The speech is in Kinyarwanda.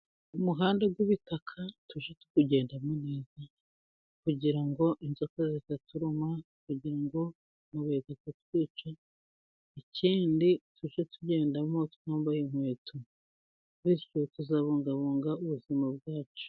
Umuhanda w'ubitaka tujye tuwugendamo neza kugira ngo inzoka zitaturuma, kugira ngo ubumara butatwica. Ikindi tujye tugendamo twambaye inkweto bityo tuzabungabunga ubuzima bwacu.